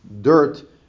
dirt